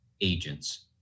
agents